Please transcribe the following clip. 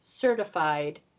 Certified